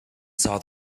saw